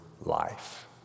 life